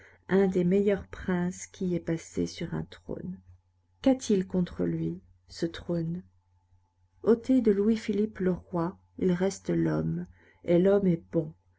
un des meilleurs princes qui aient passé sur un trône qu'a-t-il contre lui ce trône ôtez de louis-philippe le roi il reste l'homme et l'homme est bon